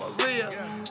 Maria